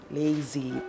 lazy